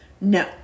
No